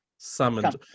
Summoned